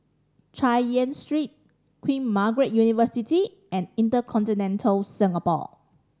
Chay Yan Street Queen Margaret University and Inter Continental Singapore